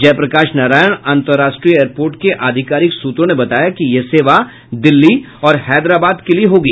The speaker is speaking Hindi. जयप्रकाश नारायण अंतर्राष्ट्रीय एयरपोर्ट के अधिकारिक सूत्रों ने बताया कि यह सेवा दिल्ली और हैदराबाद के लिये होगी